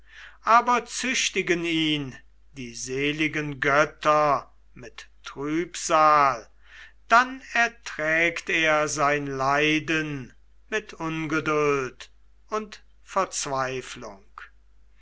aber züchtigen ihn die seligen götter mit trübsal dann erträgt er sein leiden mit ungeduld und verzweiflung